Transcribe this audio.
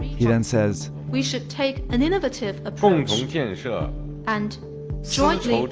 he then says we should take an innovative approach and jointly build